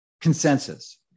Consensus